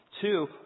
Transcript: Two